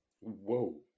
Whoa